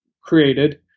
created